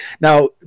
now